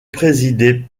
présidée